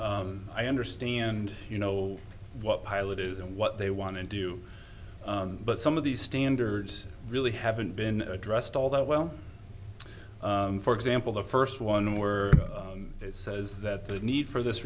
i understand you know what pilot is and what they want to do but some of these standards really haven't been addressed all that well for example the first one where it says that the need for this